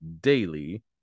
daily